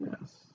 Yes